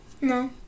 No